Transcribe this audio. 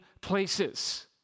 places